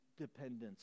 dependence